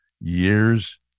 years